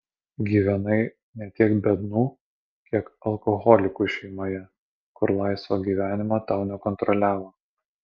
gyvenai ne tiek biednų kiek alkoholikų šeimoje kur laisvo gyvenimo tau nekontroliavo